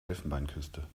elfenbeinküste